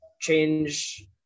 change